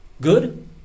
Good